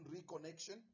reconnection